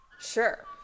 Sure